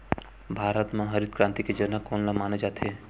भारत मा हरित क्रांति के जनक कोन ला माने जाथे?